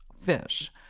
fish